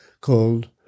called